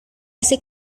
hace